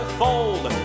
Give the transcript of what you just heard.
fold